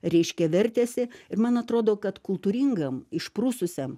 reiškia vertėsi ir man atrodo kad kultūringam išprususiam